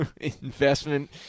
investment